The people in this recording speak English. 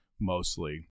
mostly